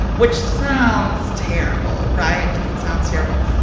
which sounds terrible, right? like, it sounds terrible.